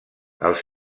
els